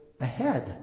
ahead